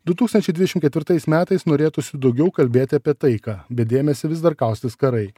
du tūkstančiai dvidešimt ketvirtais metais norėtųsi daugiau kalbėti apie taiką bet dėmesį vis dar kaustys karai